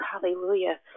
hallelujah